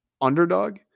Underdog